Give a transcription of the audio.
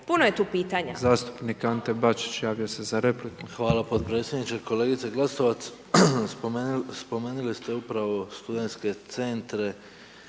Puno je tu pitanja